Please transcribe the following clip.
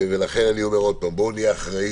לכן אני אומר עוד פעם: בואו נהיה אחראים.